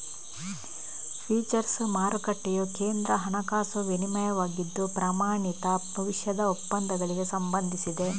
futures ಮಾರುಕಟ್ಟೆಯು ಕೇಂದ್ರ ಹಣಕಾಸು ವಿನಿಮಯವಾಗಿದ್ದು, ಪ್ರಮಾಣಿತ ಭವಿಷ್ಯದ ಒಪ್ಪಂದಗಳಿಗೆ ಸಂಬಂಧಿಸಿದೆ